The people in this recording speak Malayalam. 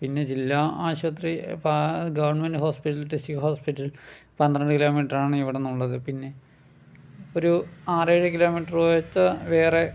പിന്നെ ജില്ലാ ആശുപത്രി ഇപ്പം ഗവൺമെന്റ് ഹോസ്പിറ്റൽ ലിസി ഹോസ്പിറ്റൽ പന്ത്രണ്ട് കിലോമീറ്ററാണ് ഇവിടുന്നുള്ളത് പിന്നെ ഒരു ആറ് ഏഴു കിലോമീറ്ററ് പോയച്ച വേറെ